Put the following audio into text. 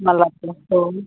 ᱢᱟᱞᱟ ᱠᱚ ᱦᱳᱭ